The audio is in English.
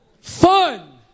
Fun